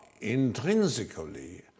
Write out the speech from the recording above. intrinsically